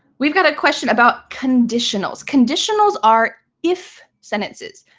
we've got a question about conditionals. conditionals are if sentences.